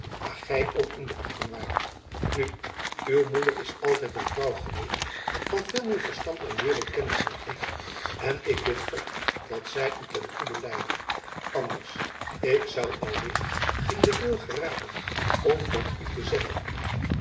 waar gy ook in betrokken waart nu uw moeder is altijd een vrouw geweest van veel meer verstand en waereldkennis dan ik en ik bid god dat zy u ten goede leide anders ik zoû al ligt in den wil geraken om tot u te zeggen